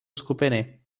skupiny